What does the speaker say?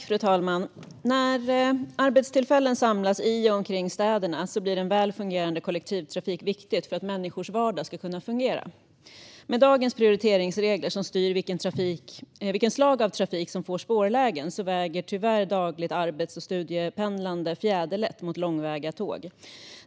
Fru talman! När arbetstillfällen samlas i och omkring städerna blir en väl fungerande kollektivtrafik viktig för att människors vardag ska fungera. Med dagens prioriteringsregler som styr vilket slag av trafik som får spårlägen väger tyvärr dagligt arbets och studiependlande fjäderlätt mot långväga tåg.